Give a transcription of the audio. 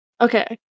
Okay